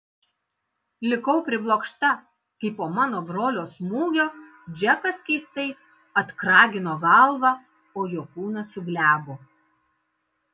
likau priblokšta kai po mano brolio smūgio džekas keistai atkragino galvą o jo kūnas suglebo